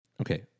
Okay